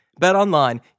BetOnline